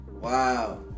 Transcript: Wow